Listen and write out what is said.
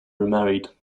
remarried